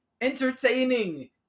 entertaining